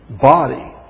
body